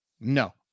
no